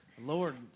Lord